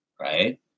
right